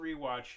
rewatch